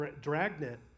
dragnet